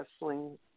wrestling